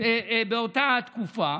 באותה תקופה